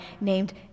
named